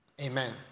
amen